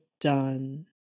done